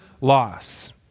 loss